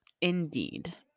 Indeed